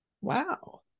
Wow